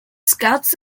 scouts